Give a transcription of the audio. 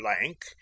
blank